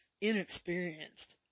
inexperienced